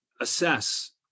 assess